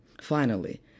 Finally